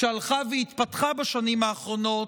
שהלכה והתפתחה בשנים האחרונות,